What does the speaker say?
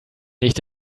nicht